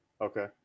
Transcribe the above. Okay